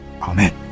amen